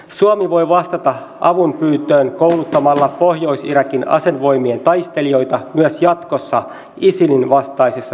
suomi voi vastata avunpyyntöön kouluttamalla pohjois irakin asevoimien taistelijoita myös jatkossa isilin vastaisessa taistelussa